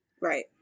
Right